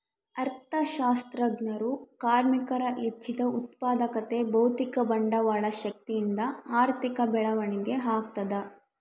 ಅರ್ಥಶಾಸ್ತ್ರಜ್ಞರು ಕಾರ್ಮಿಕರ ಹೆಚ್ಚಿದ ಉತ್ಪಾದಕತೆ ಭೌತಿಕ ಬಂಡವಾಳ ಶಕ್ತಿಯಿಂದ ಆರ್ಥಿಕ ಬೆಳವಣಿಗೆ ಆಗ್ತದ